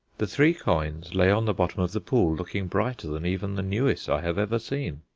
the three coins lay on the bottom of the pool looking brighter than even the newest i have ever seen,